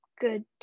good